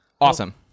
Awesome